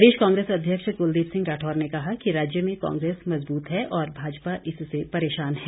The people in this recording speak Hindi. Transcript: प्रदेश कांग्रेस अध्यक्ष कुलदीप सिंह राठौर ने कहा कि राज्य में कांग्रेस मजबूत है और भाजपा इससे परेशान है